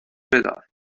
بدار